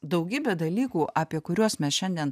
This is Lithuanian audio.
daugybė dalykų apie kuriuos mes šiandien